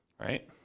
right